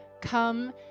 come